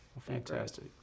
fantastic